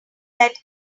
let